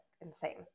insane